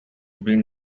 been